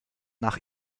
nach